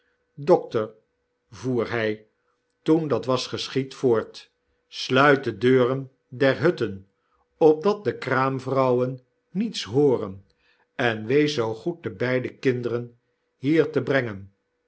dokter voer hy toen dat was geschied voort sluit de deuren der hutten opdat de kraamvrouwen niets hooren en wees zoo goed de beide kinderen hier tebrengen